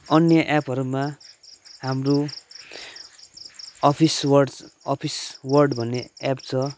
अन्य एपहरूमा हाम्रो अफिस वर्डस अफिस वर्डस भन्ने एप छ